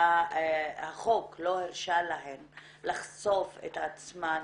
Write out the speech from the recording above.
והחוק לא הרשה להן לחשוף את עצמן,